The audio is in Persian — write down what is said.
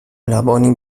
لبانی